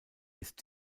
ist